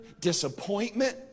disappointment